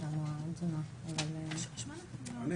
התאריך שלנו היום ה-22 בפברואר 2022 למניינם,